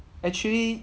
actually